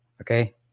Okay